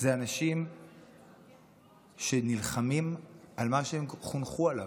זה אנשים שנלחמים על מה שהם חונכו עליו,